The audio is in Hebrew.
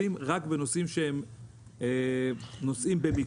בנושאים שהם במיקוד.